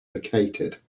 vacated